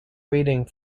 waiting